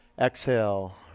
Exhale